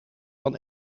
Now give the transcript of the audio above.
van